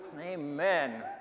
Amen